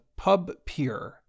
PubPeer